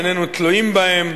איננו תלויים בהם,